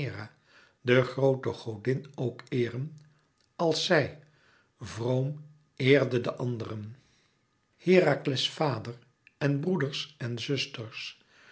de groote godin ook eeren als zij vroom eerde de anderen herakles vader en broeders en zusters